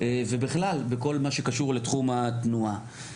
ובכלל בכל מה שקשור לתחום התנועה.